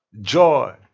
Joy